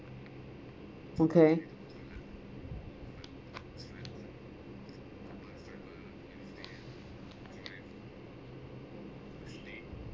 okay